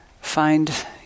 find